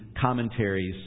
commentaries